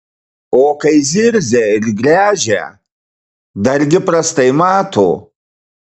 o kai zirzia ir gręžia dargi prastai mato